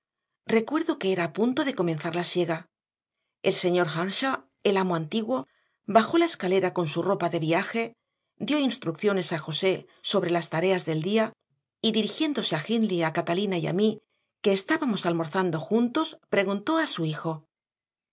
recados que me ordenaban una hermosa mañana de verano recuerdo que era a punto de comenzar la siega el señor earnshaw el amo antiguo bajó la escalera con su ropa de viaje dio instrucciones a josé sobre las tareas del día y dirigiéndose a hindley a catalina y a mí que estábamos almorzando juntos preguntó a su hijo